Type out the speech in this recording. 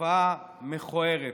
תופעה מכוערת.